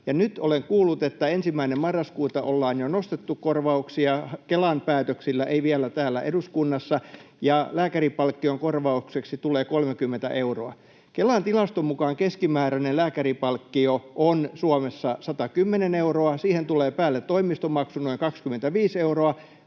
nyt olen kuullut, että 1. marraskuuta ollaan jo nostettu korvauksia — Kelan päätöksillä, ei vielä täällä eduskunnassa — ja lääkärinpalkkion korvaukseksi tulee 30 euroa. Kelan tilaston mukaan keskimääräinen lääkärinpalkkio on Suomessa 110 euroa. Siihen tulee päälle toimistomaksu, noin 25 euroa.